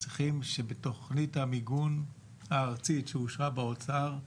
צריכים שבתוכנית המיגון הארצית שאושרה באוצר,